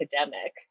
academic